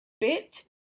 bit